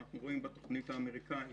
אנחנו רואים בתוכנית האמריקנית